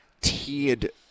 tiered